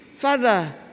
Father